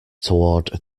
toward